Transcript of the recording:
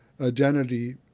identity